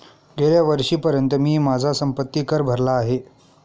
गेल्या वर्षीपर्यंत मी माझा संपत्ति कर भरला आहे